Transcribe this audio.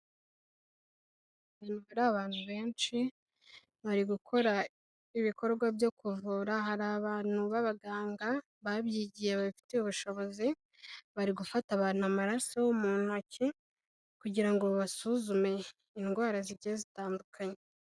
Hari abantu benshi, bari gukora ibikorwa byo kuvura, hari abantu b'abaganga babyigiye babifitiye ubushobozi, bari gufata abantu amaraso mu ntoki kugira ngo babasuzume indwara zigiye zitandukanye.